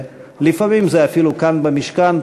לפעמים זה אפילו כאן במשכן,